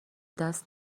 دست